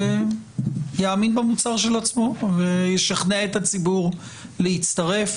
שיאמין במוצר של עצמו וישכנע את הציבור להצטרף.